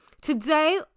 Today